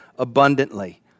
Abundantly